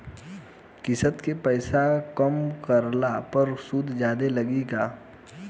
किश्त के पैसा कम रखला पर सूद जादे लाग जायी का?